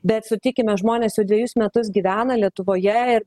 bet sutikime žmonės jau dvejus metus gyvena lietuvoje ir